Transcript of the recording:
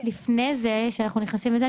--- לפני שאנחנו נכנסים לזה,